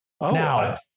Now